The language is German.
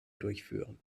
durchführen